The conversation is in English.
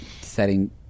setting